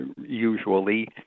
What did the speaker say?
usually